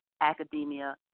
academia